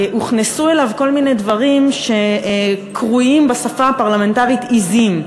הוכנסו אליו כל מיני דברים שקרויים בשפה הפרלמנטרית עזים.